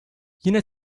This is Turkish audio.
yine